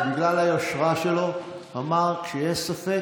אבל בגלל היושרה שלו, אמר: כשיש ספק,